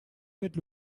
faites